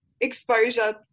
exposure